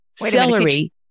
celery